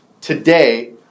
today